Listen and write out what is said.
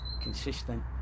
consistent